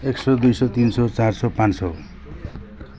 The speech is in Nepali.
एक सय दुई सय चार सय पाँच सय